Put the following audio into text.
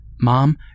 Mom